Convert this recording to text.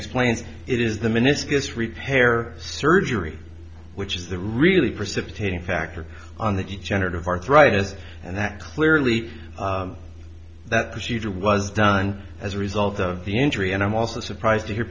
explains it is the men it's repair surgery which is the really precipitating factor on the generative arthritis and that clearly that procedure was done as a result of the injury and i'm also surprised to hear